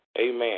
Amen